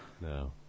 No